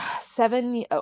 Seven